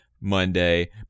Monday